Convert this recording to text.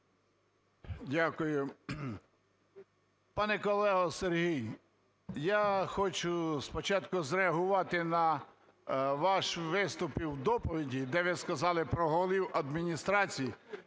Дякую. Пане колего Сергій, я хочу спочатку зреагувати на ваш виступ у доповіді, де ви сказали про голів адміністрацій.